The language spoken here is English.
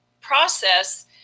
process